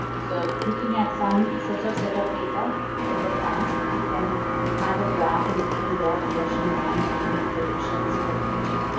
so looking at some set so set of data from the past, if you can have a graph and if you can draw a regression line, you can make predictions for the future.